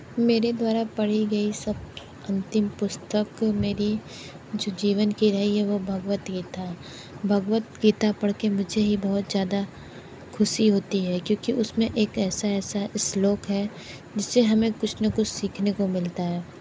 मेरे द्वारा पढ़ी गई सब अंतिम पुस्तक मेरी जो जीवन की रही है वो भगवत गीता भगवत गीता पढ़ कर मुझे ये बहुत ज़्यादा ख़ुशी होती है क्योंकि उस में एक ऐसे ऐसे श्लोक हैं जिस से हमें कुछ ना कुछ सीखने को मिलता है